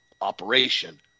operation